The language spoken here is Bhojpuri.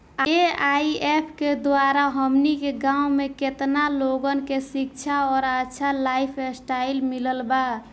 ए.आई.ऐफ के द्वारा हमनी के गांव में केतना लोगन के शिक्षा और अच्छा लाइफस्टाइल मिलल बा